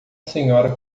senhora